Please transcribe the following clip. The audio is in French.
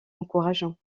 encourageant